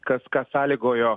kas kas sąlygojo